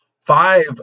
five